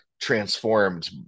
transformed